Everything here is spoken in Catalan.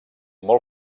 molt